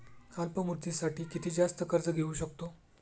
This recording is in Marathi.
अल्प मुदतीसाठी किती जास्त कर्ज घेऊ शकतो?